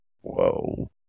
Whoa